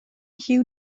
huw